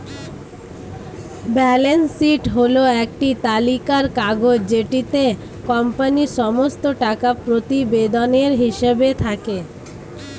balance sheet হল একটি তালিকার কাগজ যেটিতে কোম্পানির সমস্ত টাকা প্রতিবেদনের হিসেব থাকে